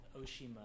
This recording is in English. Oshima